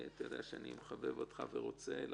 בכל מקרה אם ליותר משניים יש הפחתה, היא לא תעלה